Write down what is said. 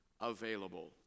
available